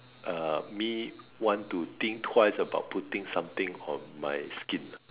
uh me want to think twice about putting something on my skin